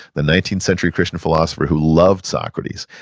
the nineteenth century christian philosopher who loved socrates,